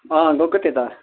अँ गएको थिएँ त